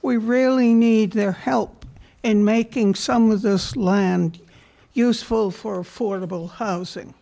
we really need their help in making some of this land useful for affordable housing